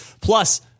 Plus